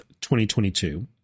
2022